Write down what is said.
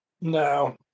no